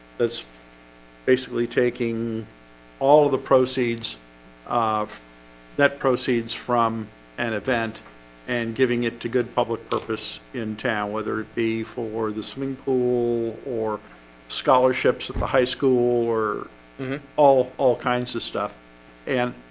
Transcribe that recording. that's basically taking all the proceeds that proceeds from an event and giving it to good public purpose in town whether it be for the swimming pool or scholarships at the high school or all all kinds of stuff and